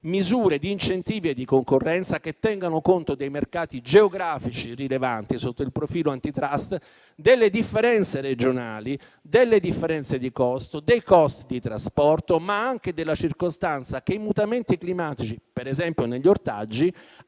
misure di incentivi e di concorrenza che tengano conto dei mercati geografici rilevanti sotto il profilo *antitrust*, delle differenze regionali, delle differenze di costo, dei costi di trasporto, ma anche della circostanza che i mutamenti climatici, per esempio negli ortaggi,